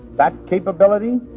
that capability,